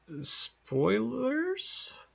Spoilers